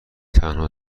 تنها